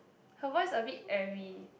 her voice a bit airy